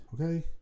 okay